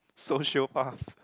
sociopaths